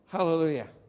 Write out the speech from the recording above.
Hallelujah